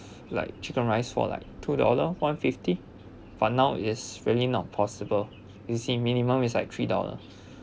like chicken rice for like two dollar one fifty but now is really not possible you see minimum is like three dollar